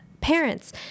parents